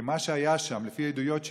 כי מה שהיה שם, לפי עדויות שקיבלתי,